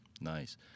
Nice